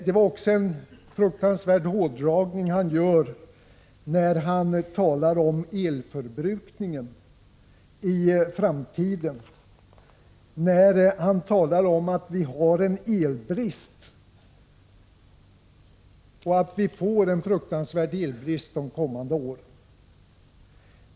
Det var också en fruktansvärd hårdragning han gjorde när han talade om Prot. 1985/86:124 elförbrukningen i framtiden. Han sade att vi har brist på el och att vi får en fruktansvärd elbrist de kommande åren.